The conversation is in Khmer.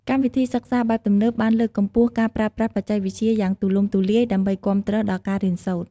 កម្មវិធីសិក្សាបែបទំនើប បានលើកកម្ពស់ការប្រើប្រាស់បច្ចេកវិទ្យាយ៉ាងទូលំទូលាយដើម្បីគាំទ្រដល់ការរៀនសូត្រ។